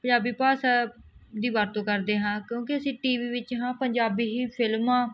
ਪੰਜਾਬੀ ਭਾਸ਼ਾ ਦੀ ਵਰਤੋਂ ਕਰਦੇ ਹਾਂ ਕਿਉਂਕਿ ਅਸੀਂ ਟੀ ਵੀ ਵਿੱਚ ਹਾਂ ਪੰਜਾਬੀ ਹੀ ਫਿਲਮਾਂ